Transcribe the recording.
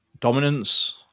dominance